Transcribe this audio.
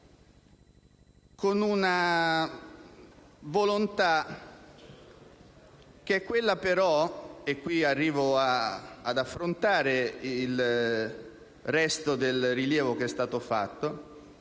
con una volontà, che però è quella - e qui arrivo ad affrontare il resto del rilievo che è stato fatto